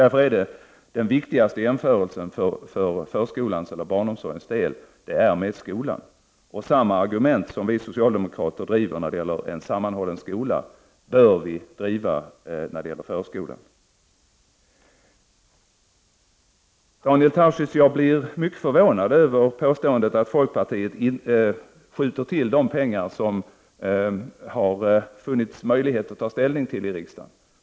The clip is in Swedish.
Därför görs den viktigaste jämförelsen för förskolans eller barnomsorgens del med skolan. Samma argument som vi socialdemokrater driver när det gäller en sammanhållen skola bör vi driva rörande förskolan. Jag blir mycket förvånad över Daniel Tarschys påstående att folkpartiet skjuter till de pengar som det har funnits möjlighet att ta ställning till i riksdagen.